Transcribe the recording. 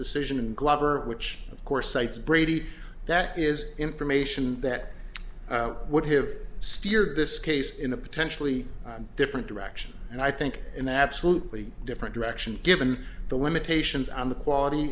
decision and glover which of course cites brady that is information that would have steered this case in a potentially different direction and i think in absolutely different direction given the limitations on the quality